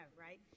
right